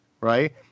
right